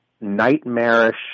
nightmarish